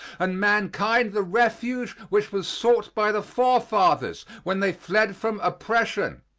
and mankind the refuge which was sought by the forefathers when they fled from oppression.